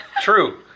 True